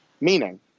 meaning